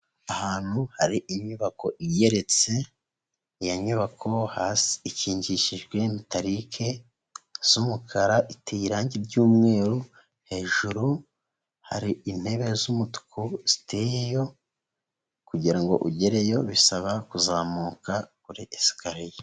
Ahantu hari inyubako igeretse iyo nyubako hasi ikingishijwe mitarike isa umukara, iteye irangi ry'umweru, hejuru hari intebe z'umutuku ziteyeyo kugira ngo ugereyo bisaba kuzamuka kuri esikariye.